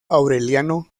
aureliano